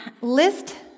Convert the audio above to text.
List